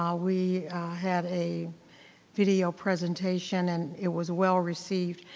um we had a video presentation and it was well received,